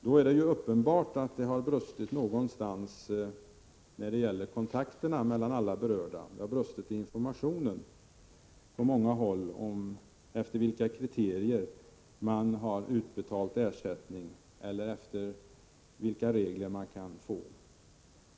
Då är det ju uppenbart att det har brustit någonstans när det gäller kontakterna mellan alla berörda och att det på många håll har brustit i informationen om efter vilka regler man kan få ersättning.